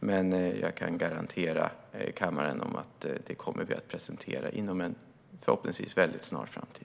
Men jag kan garantera kammaren att vi kommer att presentera dem förhoppningsvis inom en väldigt snar framtid.